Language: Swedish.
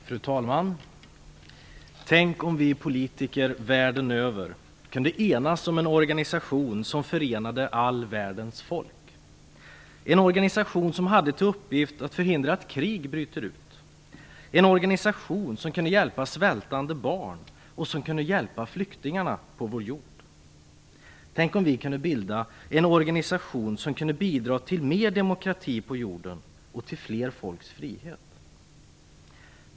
Fru talman! Tänk om vi politiker världen över kunde enas om en organisation som förenade all världens folk, en organisation som hade till uppgift att förhindra att krig bryter ut, en organisation som kunde hjälpa svältande barn och som kunde hjälpa flyktingarna på vår jord. Tänk om vi kunde bilda en organisation som kunde bidra till mer demokrati på jorden och till fler folks frihet.